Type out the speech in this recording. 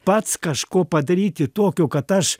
pats kažko padaryti tokio kad aš